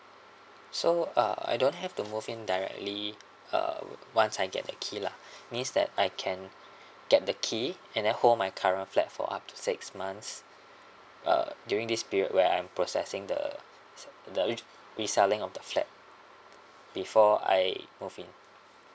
so uh I don't have to move in directly uh once I get the key lah means that I can get the key and then hold my current flat for up to six months uh during this period where I'm processing the the reselling of the flat before I move in